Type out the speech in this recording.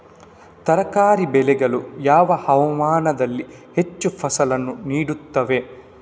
ತರಕಾರಿ ಬೆಳೆಗಳು ಯಾವ ಹವಾಮಾನದಲ್ಲಿ ಹೆಚ್ಚು ಫಸಲನ್ನು ನೀಡುತ್ತವೆ?